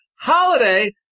holiday